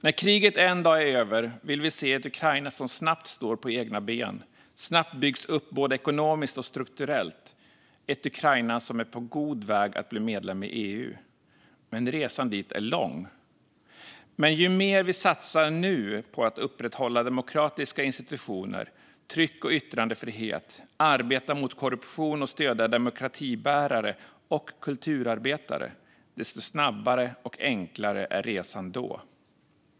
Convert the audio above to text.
När kriget en dag är över vill vi se ett Ukraina som snabbt står på egna ben, som snabbt byggs upp både ekonomiskt och strukturellt och som är på god väg att bli medlem i EU. Resan dit är lång, men ju mer vi satsar nu på att upprätthålla demokratiska institutioner och tryck och yttrandefrihet, arbeta mot korruption och stödja demokratibärare och kulturarbetare, desto snabbare och enklare är resan då.